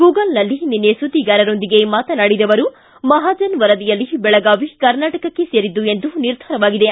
ಗೂಗಲ್ನಲ್ಲಿ ನಿನ್ನೆ ಸುದ್ದಿಗಾರರೊಂದಿಗೆ ಮಾತನಾಡಿದ ಅವರು ಮಹಾಜನ್ ವರದಿಯಲ್ಲಿ ಬೆಳಗಾವಿ ಕರ್ನಾಟಕಕ್ಕೆ ಸೇರಿದ್ದು ಎಂದು ನಿರ್ಧಾರವಾಗಿದೆ